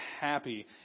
happy